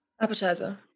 Appetizer